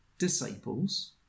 disciples